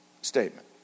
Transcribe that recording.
Statement